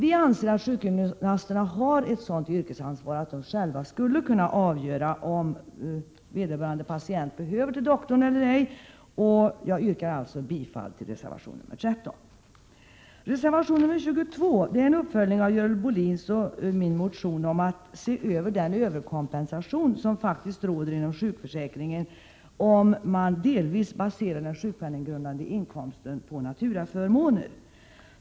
Vi anser att sjukgymnasterna har ett sådant yrkesansvar att de skulle kunna avgöra om vederbörande patient behövde behandling eller ej. Jag yrkar bifall till reservation 13. Reservation nr 22 är en uppföljning av Görel Bohlins och min motion om att se över den överkompensation som faktiskt råder inom sjukförsäkringen då den sjukpenninggrundande inkomsten grundar sig på naturaförmåner.